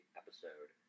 episode